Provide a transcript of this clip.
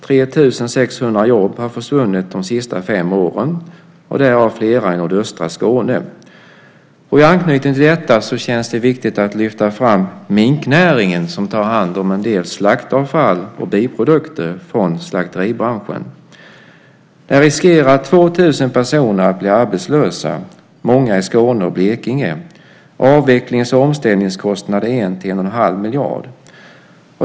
3 600 jobb har försvunnit de senaste fem åren, därav flera i nordöstra Skåne. I anknytning till detta känns det viktigt att lyfta fram minknäringen, som tar hand om en del slaktavfall och biprodukter från slakteribranschen. Där riskerar 2 000 personer att bli arbetslösa, många i Skåne och Blekinge. Avvecklings och omställningskostnaden är 1-1 1⁄2 miljard.